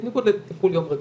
בניגוד לטיפול יום רגיל.